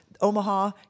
Omaha